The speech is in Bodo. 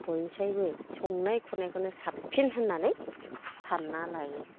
बयनिसायबो संनाय खुरनायखौ साबसिन होननानै सानना लायो